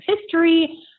history